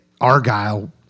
Argyle